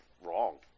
wrong